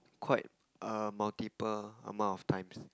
quite a multiple amount of times